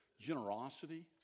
generosity